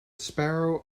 sparrow